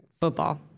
football